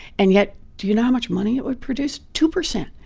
and yet do you know how much money it would produce? two percent,